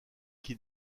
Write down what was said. qui